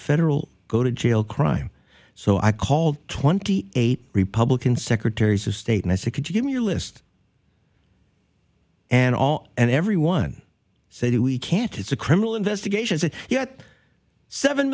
federal go to jail crime so i called twenty eight republican secretaries of state and i said could you give me your list and all and everyone said we can't it's a criminal investigation is it yet seven